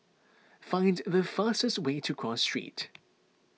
find the fastest way to Cross Street